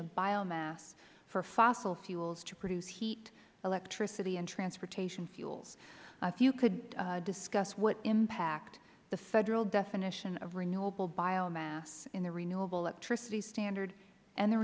biomass for fossil fuels to produce heat electricity and transportation fuels if you could discuss what impact the federal definition of renewable biomass in the renewable electricity standard and the